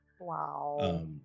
Wow